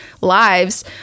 lives